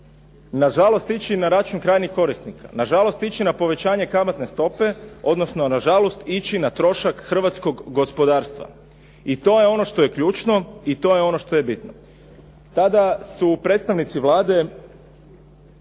nažalost ići i na račun krajnjih korisnika, nažalost ići na povećanje kamatne stope, odnosno nažalost ići na trošak hrvatskog gospodarstva. I to je ono što je ključno i to je ono što je bitno. Tada su predstavnici Vlade